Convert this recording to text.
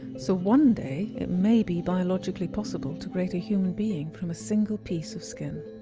so one day it may be biologically possible to create a human being from a single piece of skin.